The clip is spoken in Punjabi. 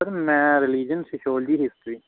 ਸਰ ਮੈਂ ਰਿਲੀਜ਼ਨ ਸਿਸ਼ੋਲੀਜੀ ਹਿਸਟਰੀ